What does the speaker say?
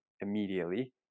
immediately